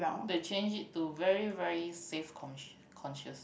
they change it to very very safe cons~ conscious